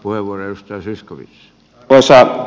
arvoisa herra puhemies